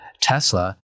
Tesla